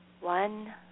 One